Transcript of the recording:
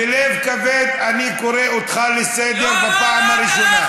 בלב כבד אני קורא אותך לסדר פעם ראשונה.